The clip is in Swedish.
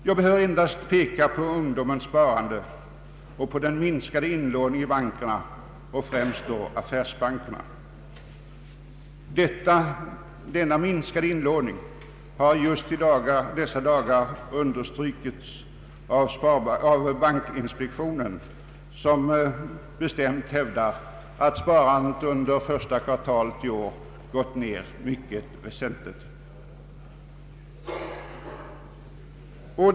Jag behöver endast peka på ungdomens sparande och på den minskade inlåningen i bankerna — främst affärsbankerna. Denna minskade inlåning har just i dessa dagar understrukits av bankinspektionen, som bestämt hävdar att sparandet under första kvartalet i år gått ned mycket väsentligt.